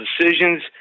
decisions